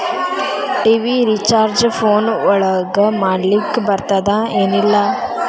TV recharge phone ಒಳಗ ಮಾಡ್ಲಿಕ್ ಬರ್ತಾದ ಏನ್ ಇಲ್ಲ?